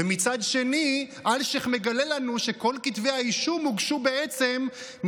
ומצד שני אלשיך מגלה לנו שכל כתבי האישום הוגשו מתוך